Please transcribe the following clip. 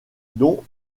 dont